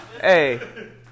Hey